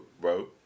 bro